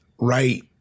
right